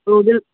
তো ওদের